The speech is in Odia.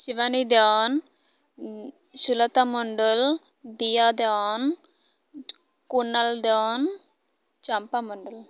ଶିବାନୀ ଦନ୍ ସୁଲତା ମଣ୍ଡଲ ଦିୟ ଦନ୍ କୁନଲ ଦନ୍ ଚମ୍ପା ମଣ୍ଡଲ